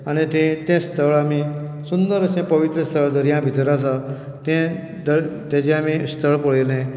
आनी तें स्थळ आमी सुंदर अशें पवित्र स्थळ दर्या भितर आसा ताजें आमी स्थळ पळयलें